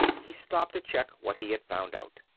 he stopped to check what he had found out.